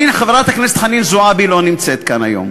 חברת הכנסת חנין זועבי לא נמצאת כאן היום.